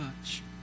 touch